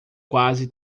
quase